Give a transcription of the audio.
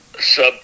sub